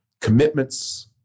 commitments